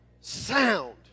sound